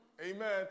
Amen